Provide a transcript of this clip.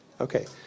Okay